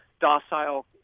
docile